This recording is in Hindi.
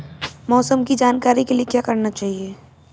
मौसम की जानकारी के लिए क्या करना चाहिए?